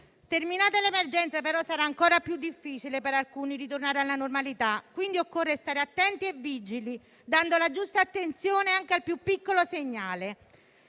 Terminata l'emergenza, però, sarà ancora più difficile per alcuni ritornare alla normalità; occorre quindi stare attenti e vigili, dando la giusta attenzione anche al più piccolo segnale.